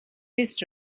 his